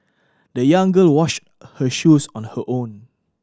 the young girl washed her shoes on her own